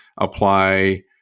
apply